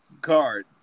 card